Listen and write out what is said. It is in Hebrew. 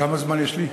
כמה זמן יש לי?